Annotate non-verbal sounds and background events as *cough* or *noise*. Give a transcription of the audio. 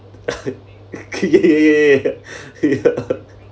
*laughs* ya ya ya ya ya *laughs* ya